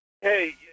Hey